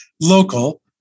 local